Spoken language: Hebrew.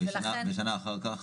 ושנה אחר כך?